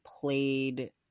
played